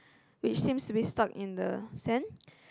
which seems to be stuck in the sand